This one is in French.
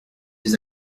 des